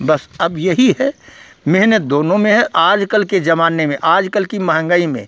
बस अब यही है मेहनत दोनों में है आजकल के ज़माने में आजकल की महँगाई में